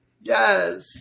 Yes